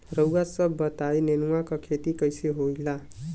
रउआ सभ बताई नेनुआ क खेती कईसे होखेला?